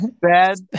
Bad